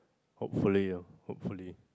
hopefully ah hopefully